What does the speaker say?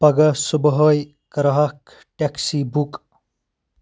پَگہہ صبحٲے کَر اکھ ٹیٚکسی بُک